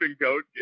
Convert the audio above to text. goat